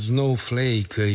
Snowflake